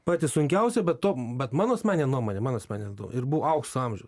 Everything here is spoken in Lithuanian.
patys sunkiausi bet to bet mano asmenine nuomone mano asmenine nuomone ir buvo aukso amžius